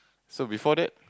so before that